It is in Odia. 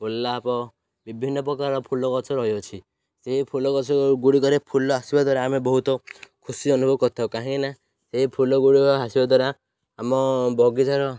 ଗୋଲାପ ବିଭିନ୍ନ ପ୍ରକାର ଫୁଲ ଗଛ ରହିଅଛି ସେଇ ଫୁଲ ଗଛ ଗୁଡ଼ିକରେ ଫୁଲ ଆସିବା ଦ୍ୱାରା ଆମେ ବହୁତ ଖୁସି ଅନୁଭବ କରିଥାଉ କାହିଁକିନା ସେଇ ଫୁଲ ଗୁଡ଼ିକ ଆସିବା ଦ୍ୱାରା ଆମ ବଗିଚାର